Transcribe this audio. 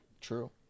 True